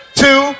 two